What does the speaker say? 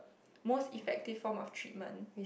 most effective form of treatment